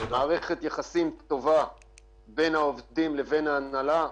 מערכת יחסים טובה בין העובדים לבין ההנהלה.